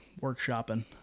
workshopping